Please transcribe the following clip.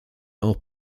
auch